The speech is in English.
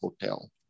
Hotel